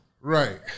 Right